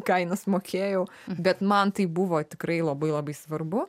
kainas mokėjau bet man tai buvo tikrai labai labai svarbu